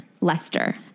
Lester